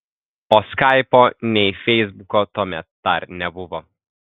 o skaipo nei feisbuko tuomet dar nebuvo